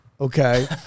okay